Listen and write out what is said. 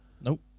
Nope